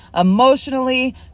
emotionally